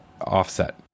offset